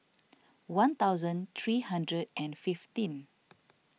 one thousand three hundred and fifteen